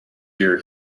year